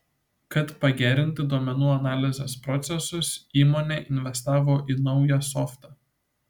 kad pagerinti duomenų analizės procesus įmonė investavo į naują softą